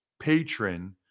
patron